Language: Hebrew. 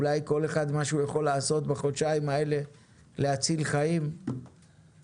אולי כל אחד מה שהוא יכול לעשות בחודשיים האלה להציל חיים מבורך.